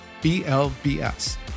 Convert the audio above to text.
BLBS